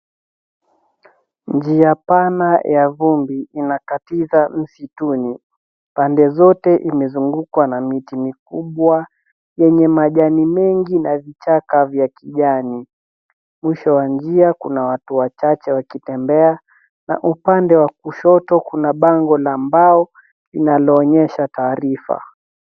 Njia pana ya vumbi inkatiza msituni. Pande zote imezungukwa na miti mikubwa yenye majani mengi na vichaka vya kijani. Mwisho wa njia kuna watu wachache wakitembea na upande wa kushoto kuna bango la mbao linaloonyesha taarifa.